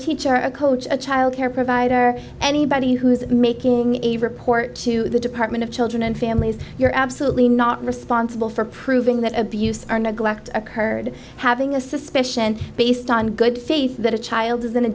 teacher a coach a childcare provider anybody who's making a report to the department of children and families you're absolutely not responsible for proving that abuse or neglect occurred having a suspicion based on good faith that a child is in a